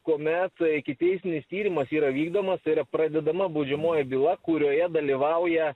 kuomet ikiteisminis tyrimas yra vykdomas tai yra pradedama baudžiamoji byla kurioje dalyvauja